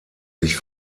sich